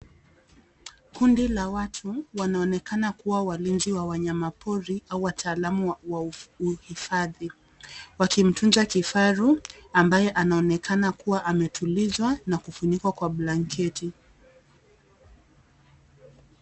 Kundi la watu wanaonekana kuwa walinzi wa wanyama pori au wataalam wa huhifadhi, wakimtunza kifaru ambaye anaonekana kuwa ametulizwa na kufunikwa kwa blanketi.